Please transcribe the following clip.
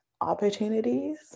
opportunities